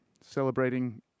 celebrating